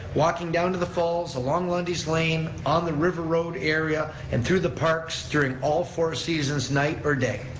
walking down to the falls, along lundy's lane, on the river road area, and through the parks during all four seasons, night or day.